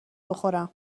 بخورم